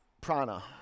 prana